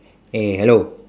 eh hello